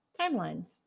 Timelines